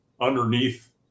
underneath